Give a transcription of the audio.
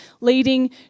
leading